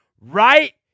right